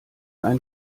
ein